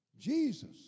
Jesus